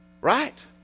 right